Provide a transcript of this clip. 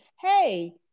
hey